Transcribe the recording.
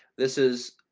this is,